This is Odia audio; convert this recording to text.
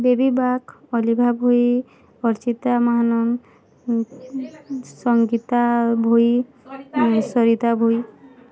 ବେବି ବାଗ ଅଲିଭା ଭୋଇ ଅର୍ଚ୍ଚିତା ମହାନନ୍ଦ ସଙ୍ଗୀତା ଭୋଇ ସରିତା ଭୋଇ